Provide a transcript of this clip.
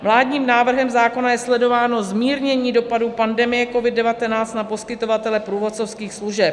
Vládním návrhem zákona je sledováno zmírnění dopadů pandemie COVID19 na poskytovatele průvodcovských služeb.